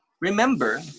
Remember